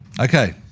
Okay